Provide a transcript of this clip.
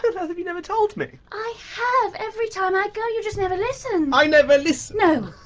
have you never told me? i have! every time i go! you just never listen! i never listen? no!